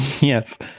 yes